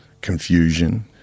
confusion